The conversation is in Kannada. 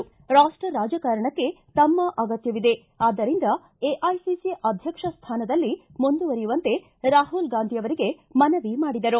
ರಾಷ್ಟ ರಾಜಕಾರಣಕ್ಕೆ ತಮ್ಮ ಅಗತ್ಯವಿದೆ ಆದ್ದರಿಂದ ಎಐಸಿಸಿ ಅಧ್ಯಕ್ಷ ಸ್ಥಾನದಲ್ಲಿ ಮುಂದುವರಿಯುವಂತೆ ರಾಹುಲ್ ಗಾಂಧಿಯವರಿಗೆ ಮನವಿ ಮಾಡಿದರು